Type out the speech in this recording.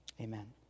Amen